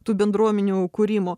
tų bendruomenių kūrimo